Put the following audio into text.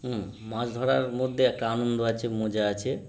হুম মাছ ধরার মধ্যে একটা আনন্দ আছে মজা আছে